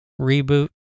Reboot